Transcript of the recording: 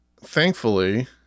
thankfully